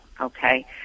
okay